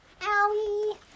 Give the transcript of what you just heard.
Owie